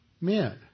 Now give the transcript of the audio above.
men